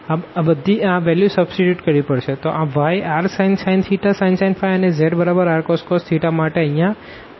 તો આ yrsin sin અનેzrcos માટે અહીંયા zrcos સંબંધ છે